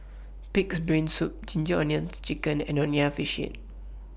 Pig'S Brain Soup Ginger Onions Chicken and Nonya Fish Head